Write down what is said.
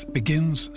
begins